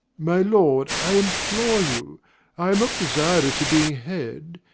my lord, i implore you i am not desirous of being head.